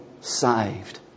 saved